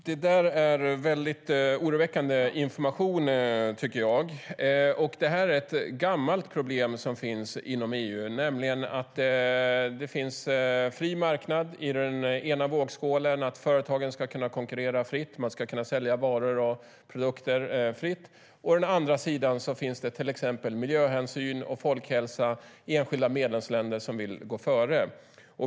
Herr talman! Det är en väldigt oroväckande information. Det är ett gammalt problem som finns inom EU, nämligen att det är en fri marknad i den ena vågskålen, att företagen ska kunna konkurrera fritt och sälja varor och produkter fritt, och i den andra vågskålen finns det till exempel miljöhänsyn och folkhälsa i enskilda medlemsländer som vill gå före.